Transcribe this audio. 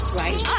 right